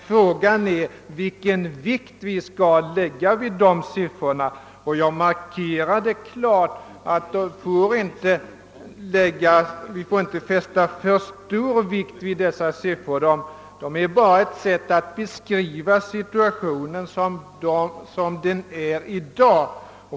Frågan är vilken vikt vi skall lägga vid siffrorna, och jag markerade klart att vi inte får fästa för stor vikt vid dem. Att redovisa dessa siffror är emellertid ett sätt att beskriva situationen som den är i dag.